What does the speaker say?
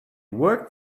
worked